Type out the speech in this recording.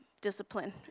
discipline